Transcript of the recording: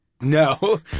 No